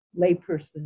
layperson